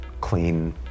clean